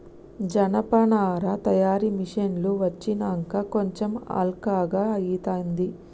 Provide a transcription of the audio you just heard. జనపనార తయారీ మిషిన్లు వచ్చినంక కొంచెం అల్కగా అయితాంది